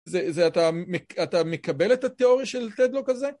זה אתה מקבל את התיאוריה של תדלו כזה?